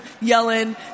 yelling